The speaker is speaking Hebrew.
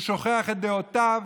הוא שוכח את דעותיו,